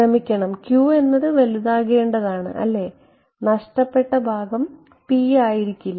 ക്ഷമിക്കണം q എന്നത് വലുതാകേണ്ടതാണ് അല്ലേ നഷ്ടപ്പെട്ട ഭാഗം p ആയിരിക്കില്ല